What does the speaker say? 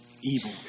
evil